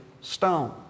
stone